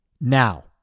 Now